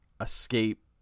escape